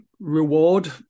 reward